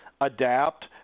adapt